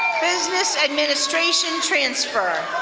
business administration transfer.